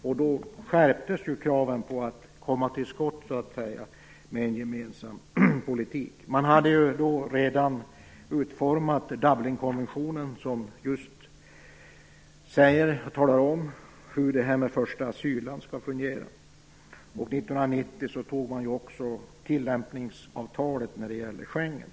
Då skärptes kraven att så att säga komma till skott med en gemensam politik. Man hade då redan utformat Dublinkonventionen, som just talar om hur det här med första asylland skall fungera, och 1990 fattade man också beslut om tillämpningsavtalet när det gäller Schengen.